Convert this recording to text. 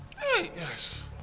Yes